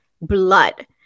blood